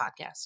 podcast